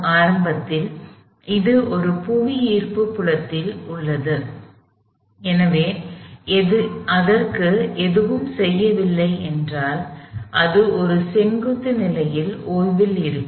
ஆரம்பத்தில் இது ஒரு புவியீர்ப்பு புலத்தில் உள்ளது எனவே அதற்கு எதுவும் செய்யவில்லை என்றால் அது ஒரு செங்குத்து நிலையில் ஓய்வில் இருக்கும்